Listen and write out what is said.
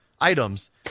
items